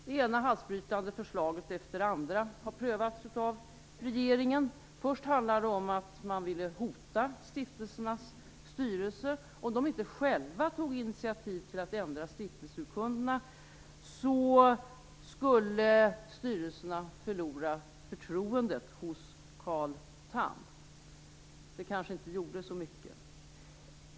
Det ena halsbrytande förslaget efter det andra har prövats av regeringen. Först handlade det om att man ville hota stiftelsernas styrelser. Om de inte själva tog initiativ till att ändra stiftelseurkunderna, skulle styrelserna förlora förtroendet hos Carl Tham. Det kanske inte gjorde så mycket.